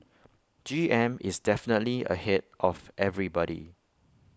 G M is definitely ahead of everybody